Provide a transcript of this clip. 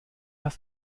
hast